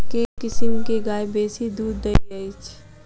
केँ किसिम केँ गाय बेसी दुध दइ अछि?